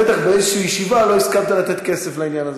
בטח באיזושהי ישיבה לא הסכמת לתת כסף לעניין הזה.